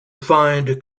find